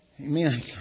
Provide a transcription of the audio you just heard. Amen